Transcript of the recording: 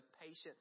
patience